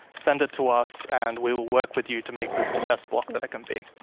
send it to us. and we will work with you to make this the best block that it can be.